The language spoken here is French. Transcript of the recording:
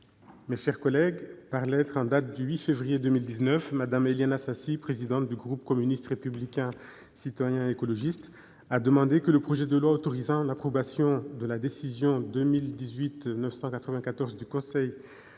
Mes chers collègues, par lettre en date du 8 février 2019, Mme Éliane Assassi, présidente du groupe communiste républicain citoyen et écologiste, a demandé que le projet de loi autorisant l'approbation de la décision (UE, EURATOM) 2018/994 du Conseil du